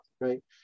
right